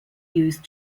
used